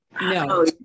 no